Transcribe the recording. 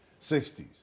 60s